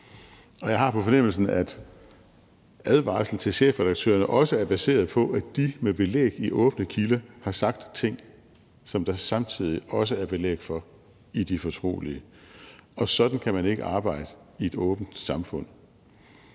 Jeg har på fornemmelsen, at advarslen til chefredaktørerne også er baseret på, at de med belæg i åbne kilder har sagt ting, som der samtidig også er belæg for i de fortrolige. Sådan kan man ikke arbejde i et åbent samfund.